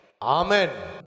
Amen